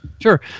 Sure